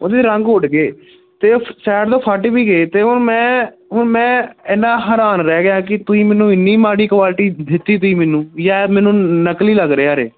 ਉਹਦੇ ਰੰਗ ਉੱਡ ਗਏ ਅਤੇ ਉਹ ਸਾਈਡ ਤੋਂ ਫਟ ਵੀ ਗਏ ਅਤੇ ਹੁਣ ਮੈਂ ਹੁਣ ਮੈਂ ਇੰਨਾ ਹੈਰਾਨ ਰਹਿ ਗਿਆ ਕਿ ਤੁਸੀਂ ਮੈਨੂੰ ਇੰਨੀ ਮਾੜੀ ਕੁਆਲਿਟੀ ਦਿੱਤੀ ਤੁਸੀਂ ਮੈਨੂੰ ਬਈ ਇਹ ਮੈਨੂੰ ਨਕਲੀ ਲੱਗ ਰਿਹਾ ਹੈ